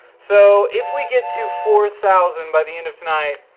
so if we get to four thousand by the end of tonight.